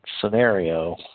scenario